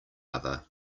other